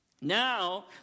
now